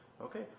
Okay